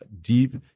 deep